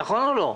נכון או לא?